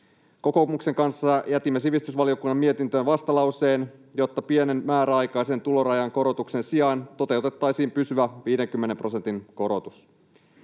Kokoomuksen kanssa jätimme sivistysvaliokunnan mietintöön vastalauseen, jotta pienen määräaikaisen tulorajan korotuksen sijaan toteutettaisiin pysyvä 50 prosentin korotus.